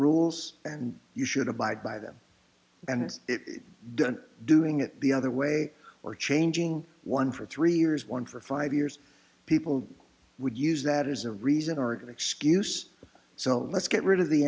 rules and you should abide by them and it's done doing it the other way or changing one for three years one for five years people would use that as a reason origin excuse so let's get rid of the